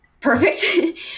perfect